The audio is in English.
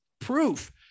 proof